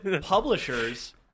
Publishers